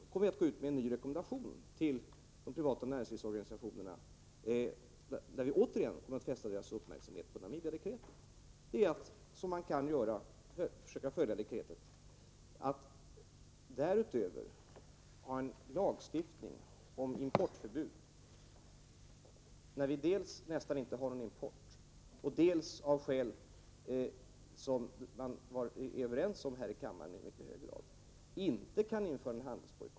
Vi kommer att gå ut med en ny rekommendation till de privata näringslivsorganisationerna, där vi återigen fäster deras uppmärksamhet på Namibiadekretet. Det är vad man kan göra för att följa dekretet. Det behövs ingen lagstiftning om importförbud. Dels har vi nästan ingen import, dels måste en handelsbojkott mot Sydafrika — av skäl som man i mycket hög grad är överens om här i kammaren — genomföras av FN:s säkerhetsråd.